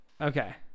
Okay